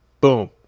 Boom